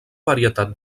varietat